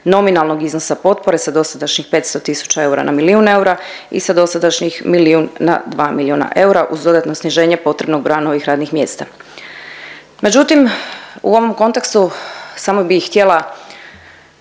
nominalnog iznosa potpore sa dosadašnjih 500 tisuća eura na milijun eura i sa dosadašnjih milijun na 2 milijuna eura, uz dodatno sniženje potrebnog broja novih radnih mjesta. Međutim, u ovom kontekstu, samo bih htjela